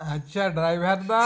আচ্ছা ড্রাইভার দা